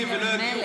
כן.